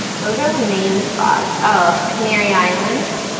those are the main spots. oh canary islands.